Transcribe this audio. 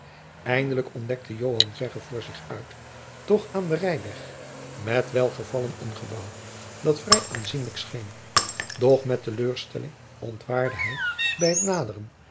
eindelijk ontdekte joan verre voor zich uit doch aan den rijweg met welgevallen een gebouw dat vrij aanzienlijk scheen doch met teleurstelling onwaarde hij bij t naderen